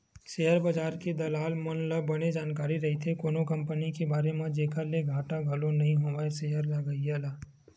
share बजार के दलाल मन ल बने जानकारी रहिथे कोनो कंपनी के बारे म जेखर ले घाटा घलो नइ होवय सेयर लगइया ल